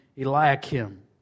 Eliakim